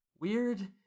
weird